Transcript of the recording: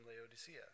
Laodicea